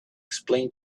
explain